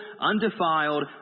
undefiled